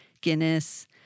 Guinness